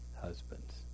husbands